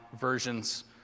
versions